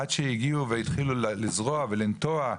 עד שהגיעו והתחילו לזרוע ולנטוע,